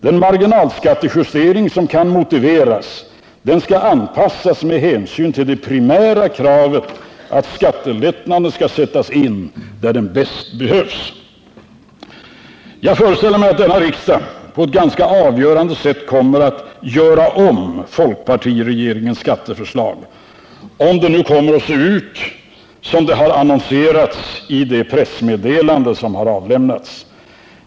Den marginalskattejustering som kan motiveras skall anpassas med hänsyn till det primära kravet att skattelättnaden skall sättas in där den bäst behövs. Jag föreställer mig att denna riksdag på ett ganska avgörande sätt kommer att göra om folkpartiregeringens skatteförslag, om det nu kommer att se ut som det har annonserats i det pressmeddelande som har avlämnats.